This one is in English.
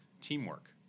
teamwork